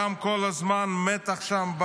גם כל הזמן מתח שם,